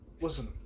listen